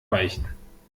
weichen